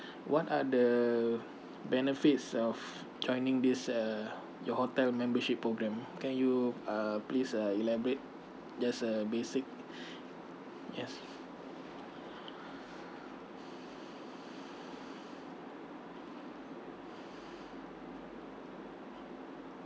what are the benefits of joining this uh your hotel membership program can you uh please uh elaborate just a basic yes